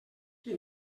qui